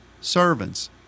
servants